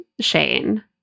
Shane